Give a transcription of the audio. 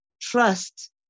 trust